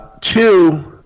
Two